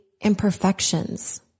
imperfections